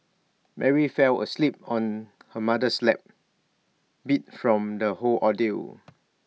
Mary fell asleep on her mother's lap beat from the whole ordeal